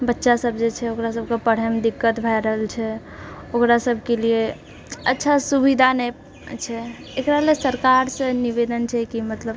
बच्चासब जेछै ओकरासबके पढ़ैमे दिक्कत भए रहलछै ओकरासबके लिए अच्छा सुविधा नहि छै एकराले सरकारसँ निवेदन छैकि मतलब